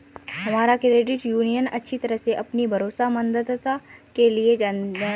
हमारा credit union अच्छी तरह से अपनी भरोसेमंदता के लिए जाना जाता है